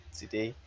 today